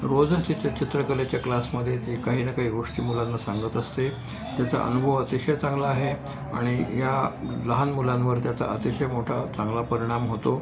रोजच च चित्रकलेच्या क्लासध्ये ती काही ना काही गोष्टी मुलांना सांगत असते तिचा अनुभव अतिशय चांगला आहे आणि या लहान मुलांवर त्याचा अतिशय मोठा चांगला परिणाम होतो